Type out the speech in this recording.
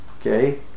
Okay